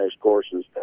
courses